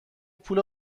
پول